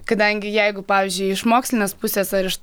kadangi jeigu pavyzdžiui iš mokslinės pusės ar iš